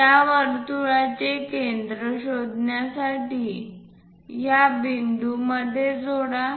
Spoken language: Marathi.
त्या वर्तुळाचे केंद्र शोधण्यासाठी या बिंदूंमध्ये जोडा